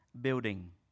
building